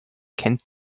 kennt